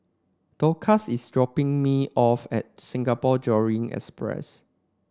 Dorcas is dropping me off at Singapore Johore Express